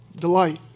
delight